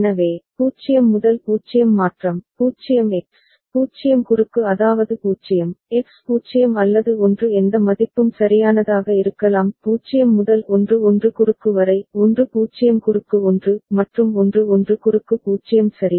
எனவே 0 முதல் 0 மாற்றம் 0 எக்ஸ் 0 குறுக்கு அதாவது 0 எக்ஸ் 0 அல்லது 1 எந்த மதிப்பும் சரியானதாக இருக்கலாம் 0 முதல் 1 1 குறுக்கு வரை 1 0 குறுக்கு 1 மற்றும் 1 1 குறுக்கு 0 சரி